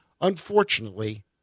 Unfortunately